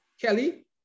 Kelly